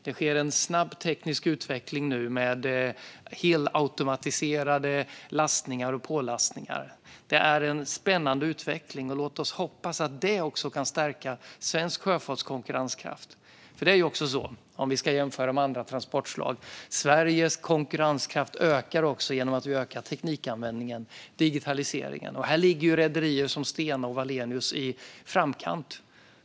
Det sker nu en snabb teknisk utveckling med helautomatiserade av och pålastningar. Det är en spännande utveckling. Låt oss hoppas att detta kan stärka svensk sjöfarts konkurrenskraft. Om vi ska jämföra med andra transportslag ökar Sveriges konkurrenskraft genom att vi ökar teknikanvändningen och digitaliseringen. Här ligger rederier som Stena och Wallenius i framkant.